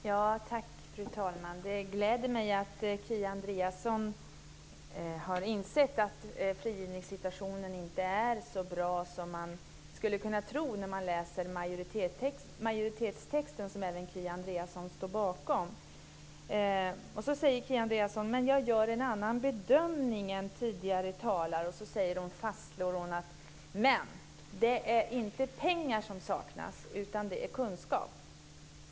Fru talman! Det gläder mig att Kia Andreasson har insett att frigivningssituationen inte är så bra som man skulle kunna tro när man läser majoritetstexten, som även Kia Andreasson står bakom. Kia Andreasson säger att hon gör en annan bedömning än tidigare talare. Hon slår fast att det inte är pengar som saknas utan kunskap.